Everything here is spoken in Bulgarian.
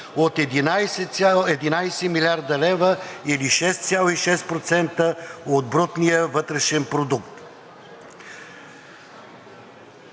от 11 млрд. лв., или 6,6% от брутния вътрешен продукт,